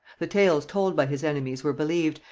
the tales told by his enemies were believed,